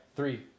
Three